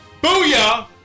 booyah